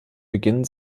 beginn